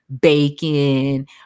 bacon